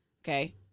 Okay